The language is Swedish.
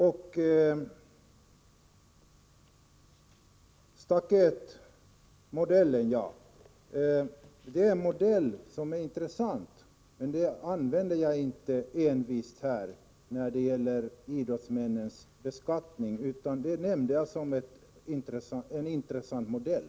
m.m. Staketmodellen är en modell som är intressant. Jag pekade inte på den speciellt när det gäller idrottsmännens beskattning, utan jag nämnde den som en intressant modell.